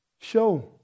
Show